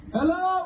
Hello